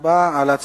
אין.